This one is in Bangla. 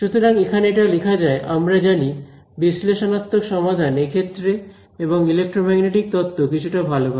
সুতরাং এখানে এটা লেখা যায় আমরা জানি বিশ্লেষণাত্মক সমাধান এক্ষেত্রে এবং ইলেক্ট্রোম্যাগনেটিক তত্ত্ব কিছুটা ভালোভাবে